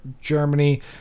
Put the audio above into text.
Germany